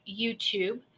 YouTube